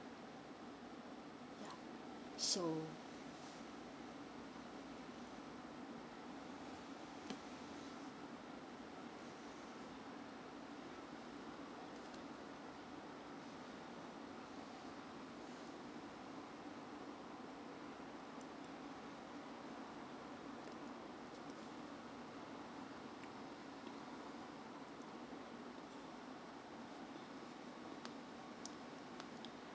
ya so